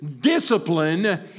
discipline